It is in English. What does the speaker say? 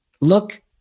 look